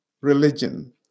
religion